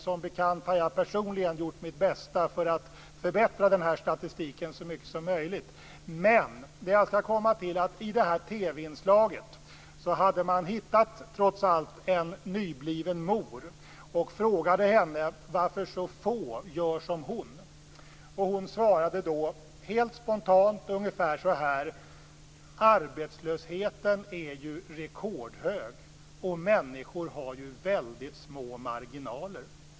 Som bekant har jag personligen gjort mitt bästa för att förbättra statistiken så mycket som möjligt. Det jag skall komma till är att man i TV-inslaget trots allt hade hittat en nybliven mor, och man frågade henne varför så få gör som hon. Hon svarade då helt spontant ungefär så här: Arbetslösheten är ju rekordhög, och människor har väldigt små marginaler.